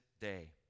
day